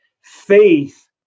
faith